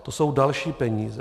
To jsou další peníze.